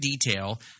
detail